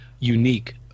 unique